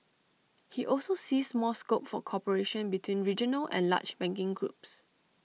he also sees more scope for cooperation between regional and large banking groups